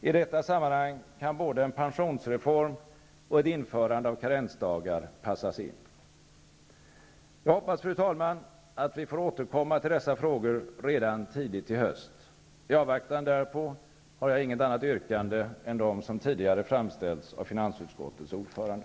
I detta sammanhang kan både en pensionsreform och ett införande av karensdagar passas in. Jag hoppas, fru talman, att vi får återkomma till dessa frågor redan tidigt i höst. I avvaktan därpå har jag inget annat yrkande än dem som tidigare framställts av finansutskottets ordförande.